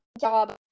job